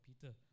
Peter